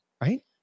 right